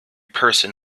person